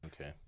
Okay